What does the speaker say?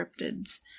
cryptids